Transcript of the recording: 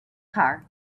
car